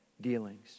dealings